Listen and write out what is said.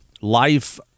life